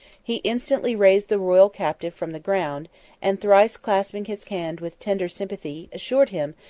he instantly raised the royal captive from the ground and thrice clasping his hand with tender sympathy, assured him,